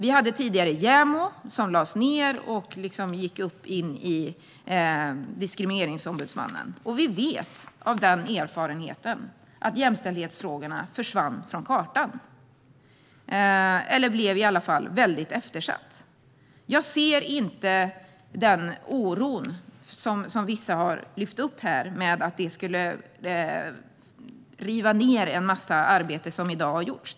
Vi hade tidigare JämO, som lades ned och gick upp i Diskrimineringsombudsmannen. Vi vet av den erfarenheten att jämställdhetsfrågorna försvann från kartan eller i alla fall blev väldigt eftersatta. Jag delar inte den oro som vissa här har tagit upp inför att detta skulle riva ned en massa arbete som har gjorts.